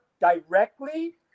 directly